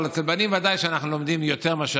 אבל אצל בנים בוודאי שאנחנו לומדים יותר,